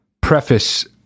preface